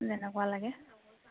যেনেকুৱা লাগে